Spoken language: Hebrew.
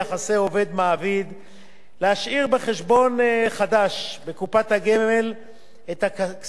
להשאיר בחשבון חדש בקופת הגמל את הכספים שהופקדו עבורו